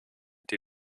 die